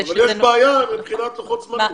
אבל יש בעיה מבחינת לוחות זמנים.